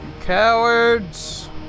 Cowards